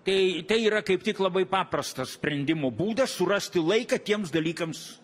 tai tai yra kaip tik labai paprasto sprendimo būdas surasti laiką tiems dalykams